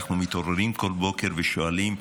אנחנו מתעוררים כל בוקר ושואלים: